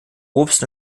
obst